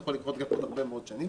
זה יכול לקרות גם עוד הרבה מאוד שנים,